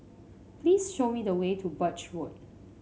please show me the way to Birch Road